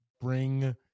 bring